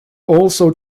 also